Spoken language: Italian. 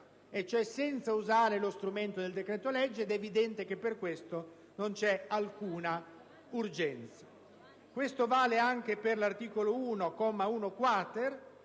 e cioè senza usare lo strumento del decreto-legge. È evidente che per questo non c'è alcuna urgenza. Questo vale anche per l'articolo 1, comma